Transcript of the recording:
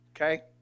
Okay